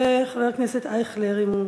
וחבר הכנסת אייכלר, אם יגיע.